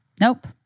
Nope